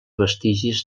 vestigis